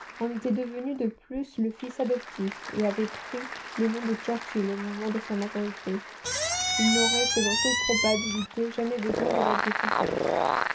en était devenu de plus le fils adoptif et avait pris le nom de churchill au moment de sa majorité il n'aurait selon toute probabilité jamais besoin de l'aide de son père